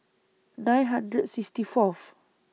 nine hundred sixty Fourth